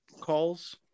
calls